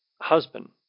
husband